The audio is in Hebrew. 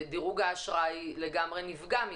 דירוג האשראי לגמרי נפגע מזה.